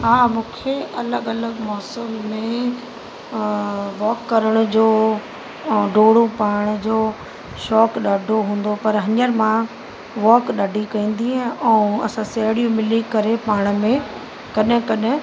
हा मूंखे अलॻि अलॻि मौसम में वॉक करण जो ऐं डोड़ू पाइण जो शौक़ु ॾाढो हूंदो पर हींअर मां वॉक ॾाढी कंदी आहियां ऐं असां साहिड़ियूं मिली करे पाण में कॾहिं कॾहिं